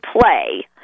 play